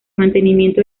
mantenimiento